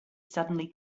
suddenly